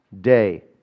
day